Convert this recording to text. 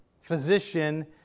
physician